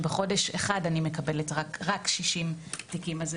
בחודש אחד אני מקבלת רק 60 תיקים.